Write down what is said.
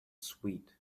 sweet